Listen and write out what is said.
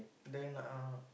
then uh